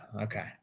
Okay